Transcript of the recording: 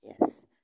yes